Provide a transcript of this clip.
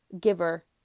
giver